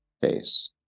face